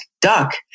duck